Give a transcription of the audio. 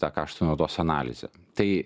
tą kaštų naudos analizę tai